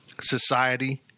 society